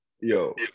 Yo